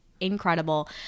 incredible